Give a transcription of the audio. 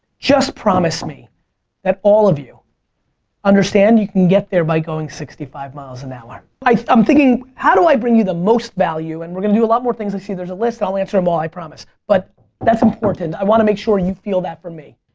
just promise me that all of you understand you can get there by going sixty five miles an hour. i'm thinking, how do i bring you the most value and we're going to do a lot more things, i see there's a list, i'll answer them all, i promise. but that's important, i want to make sure you feel that from me.